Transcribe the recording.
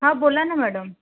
हां बोला ना मॅडम